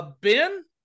Ben